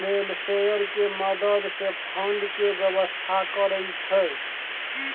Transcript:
लेल शेयर के मदद से फंड के व्यवस्था करइ छइ